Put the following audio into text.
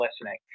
listening